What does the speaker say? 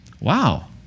Wow